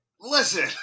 Listen